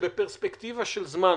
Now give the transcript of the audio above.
שבפרספקטיבה של זמן,